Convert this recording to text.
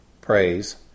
Praise